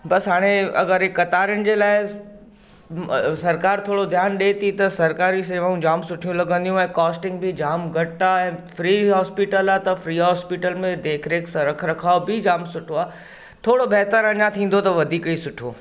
बसि हाणे अगरि हीअ कतारिनि जे लाइ सरकारु थोरो ध्यानु ॾिए थी त सरकार जी सेवाऊं जाम सुठियूं लॻंदियूं ऐं कॉस्टिंग बि जाम घटि आहे ऐं फ्री हॉस्पिटल आहे त फ्री हॉस्पिटल में देखरेख स रखुरखाव बि जाम सुठो आहे थोरो बहितरु अञा थींदो त वधीक ई सुठो